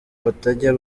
batajya